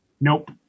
Nope